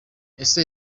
ese